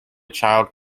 child